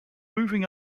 moving